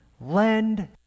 Lend